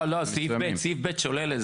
לא, סעיף (ב) שולל את זה.